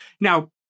Now